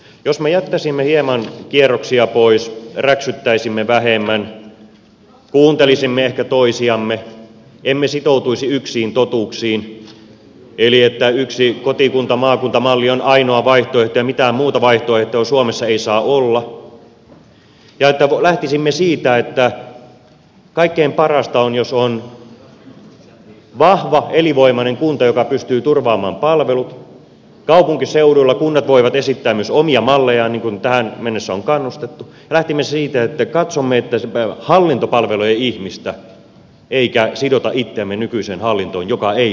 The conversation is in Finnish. jospa me jättäisimme hieman kierroksia pois räksyttäisimme vähemmän kuuntelisimme ehkä toisiamme emme sitoutuisi yksiin totuuksiin eli yksi kotikuntamaakunta malli on ainoa vaihtoehto ja mitään muuta vaihtoehtoa suomessa ei saa olla ja lähtisimme siitä että kaikkein parasta on jos on vahva elinvoimainen kunta joka pystyy turvaamaan palvelut ja kaupunkiseuduilla kunnat voivat esittää myös omia mallejaan niin kuin tähän mennessä on kannustettu ja lähtisimme siitä että katsomme että se hallinto palvelee ihmistä eikä sidota itseämme nykyiseen hallintoon joka ei palvele ihmistä